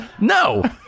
No